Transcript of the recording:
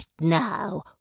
now